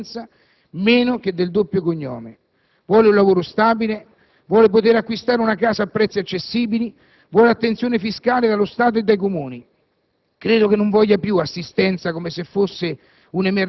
Una coppia giovane che vuole sposarsi, di tutto sente l'esigenza meno che del doppio cognome: vuole un lavoro stabile, vuole poter acquistare una casa a prezzi accessibili, vuole attenzione fiscale dallo Stato e dai Comuni;